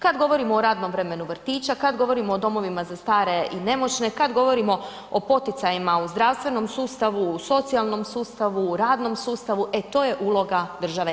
Kad govorimo o radnom vremenu vrtića, kad govorimo o domovima za stare i nemoćne, kad govorimo o poticajima u zdravstvenom sustavu, u socijalnom sustavu, u radnom sustavu e to je uloga države.